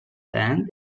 hand